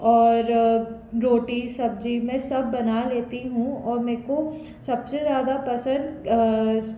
और रोटी सब्ज़ी मैं सब बना लेती हूँ और मुझको सबसे ज़्यादा पसंद